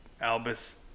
Albus